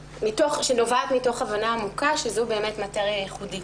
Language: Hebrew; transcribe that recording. שנובעת מתוך הבנה עמוקה שזו אכן מאטריה ייחודית.